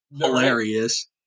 hilarious